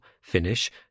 Finish